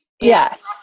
Yes